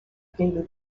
daily